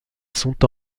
sont